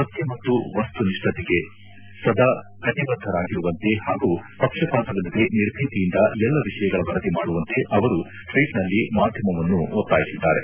ಸತ್ಯ ಮತ್ತು ವಸ್ತು ನಿಷ್ಠತೆಗೆ ಸದಾ ಕಟಿಬದ್ದರಾಗಿರುವಂತೆ ಹಾಗೂ ಪಕ್ಷಪಾತವಿಲ್ಲದೆ ನಿರ್ಭೀತಿಯಿಂದ ಎಲ್ಲ ವಿಷಯಗಳ ವರದಿ ಮಾಡುವಂತೆ ಅವರು ಟ್ವೀಟ್ನಲ್ಲಿ ಮಾಧ್ಯಮವನ್ನು ಒತ್ತಾಯಿಸಿದ್ದಾರೆ